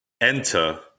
Enter